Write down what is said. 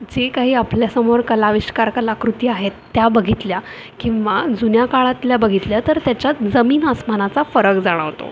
जे काही आपल्यासमोर कलाविष्कार कलाकृती आहेत त्या बघितल्या किंवा जुन्या काळातल्या बघितल्या तर त्याच्यात जमीन आसमानाचा फरक जाणवतो